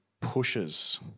pushes